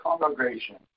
congregation